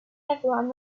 everyone